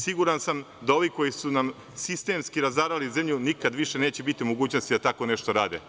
Siguran sam da ovi koji su nam sistemski razarali zemlju, nikad više neće biti u mogućnosti da tako nešto rade.